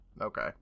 okay